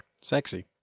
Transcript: Sexy